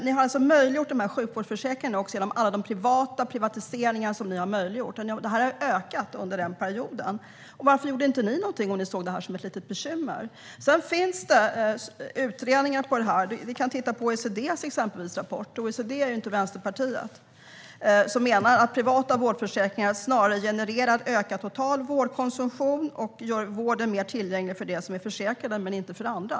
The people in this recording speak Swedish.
Ni har alltså möjliggjort de här sjukvårdsförsäkringarna genom alla privatiseringar, och det har ökat under den perioden. Varför gjorde inte ni någonting om ni såg det här som ett litet bekymmer? Det finns även utredningar på det här. Vi kan till exempel titta på OECD:s rapport. OECD är ju inte Vänsterpartiet. OECD menar att privata vårdförsäkringar snarare genererar en ökad total vårdkonsumtion och gör vården mer tillgänglig för dem som är försäkrade men inte för andra.